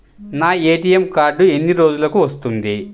నా ATM card ఎన్ని రోజులకు వస్తుంది?